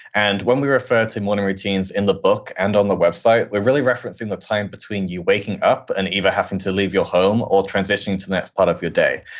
and when we refer to morning routines in the book and on the website, we're really referencing the time between you waking up and even happen to leave your home or transitioning to the next part of your day.